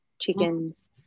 chickens